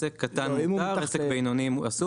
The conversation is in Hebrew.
עסק קטן מותר, עסק בינוני אסור.